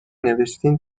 نوشتین